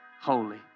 holy